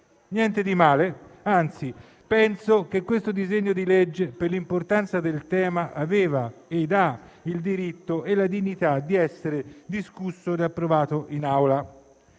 Niente di male, anzi penso che il disegno di legge in esame, per l'importanza del tema, aveva ed ha il diritto e la dignità di essere discusso e approvato in